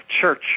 church